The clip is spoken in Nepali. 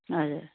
हजुर